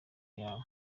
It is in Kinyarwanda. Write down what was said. yawe